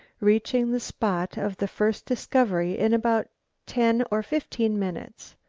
reaching the spot of the first discovery in about ten or fifteen minutes.